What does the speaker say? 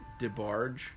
DeBarge